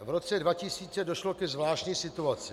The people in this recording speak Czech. V roce 2000 došlo ke zvláštní situaci.